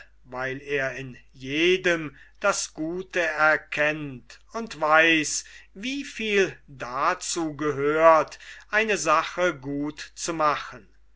weil er in jedem das gute erkennt und weiß wie viel dazu gehört eine sache gut zu machen